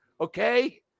okay